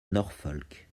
norfolk